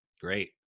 Great